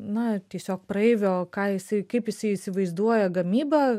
na tiesiog praeivio ką jisai kaip jisai įsivaizduoja gamybą